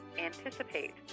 Anticipate